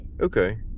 Okay